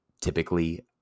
typically